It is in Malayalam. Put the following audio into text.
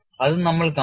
അതും നമ്മൾ കാണും